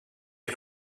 had